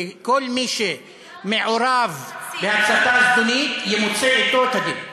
וכל מי שמעורב בהצתה זדונית, ימוצה אתו הדין.